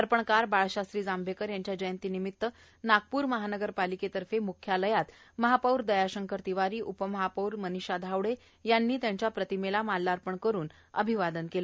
दर्पणकार बाळशास्त्री जांभेकर यांच्या जयंतीनिमित्त नागपूर महानगर पालिकेतर्फे मुख्यालयात महापौर दयाशंकर तिवारी उपमहापौर मनीषा धावडे यांनी त्यांच्या प्रतिमेला मालार्पण करून अभिवादन केले